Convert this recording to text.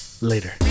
Later